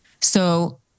So-